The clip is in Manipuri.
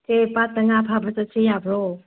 ꯁꯦ ꯄꯥꯠꯇ ꯉꯥ ꯐꯥꯕ ꯆꯠꯁꯦ ꯌꯥꯕ꯭ꯔꯣ